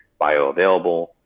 bioavailable